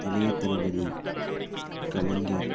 இளைய தளபதி கலைஞர்